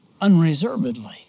unreservedly